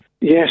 yes